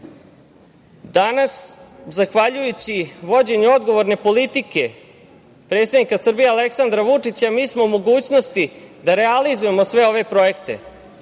evra. Danas zahvaljujući vođenju odgovorne politike predsednika Srbije, Aleksandra Vučića, mi smo u mogućnosti da realizujemo sve ove projekte